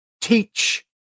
teach